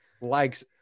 likes